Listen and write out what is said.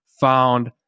found